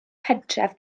pentref